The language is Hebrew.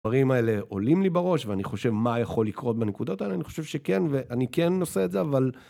דברים האלה עולים לי בראש, ואני חושב מה יכול לקרות בנקודות האלה, אני חושב שכן, ואני כן נושא את זה, אבל...